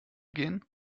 gehen